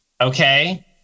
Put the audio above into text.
Okay